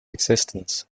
existence